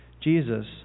Jesus